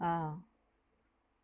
ah